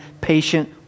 patient